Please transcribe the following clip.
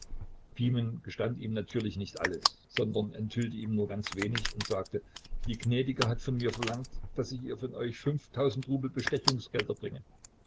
pimen gestand ihm natürlich nicht alles sondern enthüllte ihm nur ganz wenig und sagte die gnädige hat von mir verlangt daß ich ihr von euch fünftausend rubel bestechungsgelder bringe